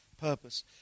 purpose